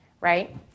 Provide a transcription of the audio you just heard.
right